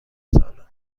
سالن